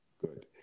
Good